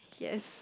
yes